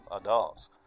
adults